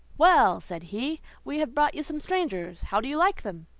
well, said he, we have brought you some strangers. how do you like them?